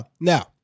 Now